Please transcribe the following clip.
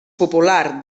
popular